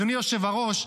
אדוני היושב-ראש,